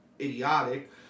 idiotic